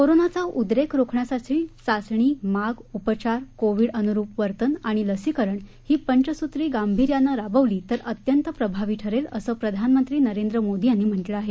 कोरोनाचा उद्रेक रोखण्यासाठी चाचणी माग उपचार कोविड अनुरुप वर्तन आणि लसीकरण ही पंचसूत्री गांभीर्यानं राबवली तर अत्यंत प्रभावी ठरेल असं प्रधानमंत्री नरेंद्र मोदी यांनी म्हटलं आहे